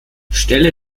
stelle